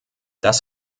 das